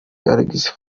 alex